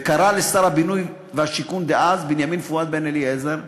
הוא קרא לשר הבינוי והשיכון דאז בנימין פואד בן-אליעזר,